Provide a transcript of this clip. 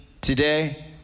today